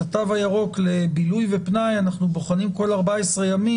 את התו הירוק לבילוי ופנאי אנחנו בוחנים כל 14 ימים,